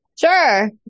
Sure